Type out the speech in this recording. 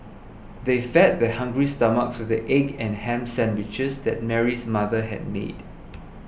they fed their hungry stomachs with the egg and ham sandwiches that Mary's mother had made